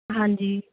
ਹਾਂਜੀ